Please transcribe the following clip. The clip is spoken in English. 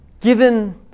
given